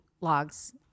logs